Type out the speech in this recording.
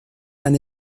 han